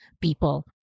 people